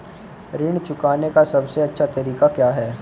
ऋण चुकाने का सबसे अच्छा तरीका क्या है?